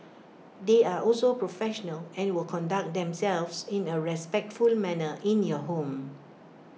they are also professional and will conduct themselves in A respectful manner in your home